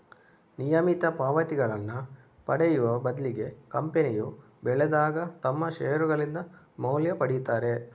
ನಿಯಮಿತ ಪಾವತಿಗಳನ್ನ ಪಡೆಯುವ ಬದ್ಲಿಗೆ ಕಂಪನಿಯು ಬೆಳೆದಾಗ ತಮ್ಮ ಷೇರುಗಳಿಂದ ಮೌಲ್ಯ ಪಡೀತಾರೆ